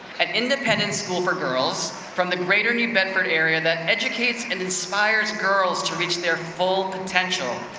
an independent school for girls from the greater new bedford area that educates and inspires girls to reach their full potential.